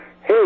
hey